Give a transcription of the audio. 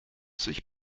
sich